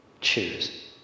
choose